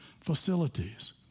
facilities